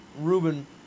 Ruben